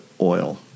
oil